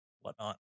whatnot